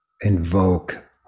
invoke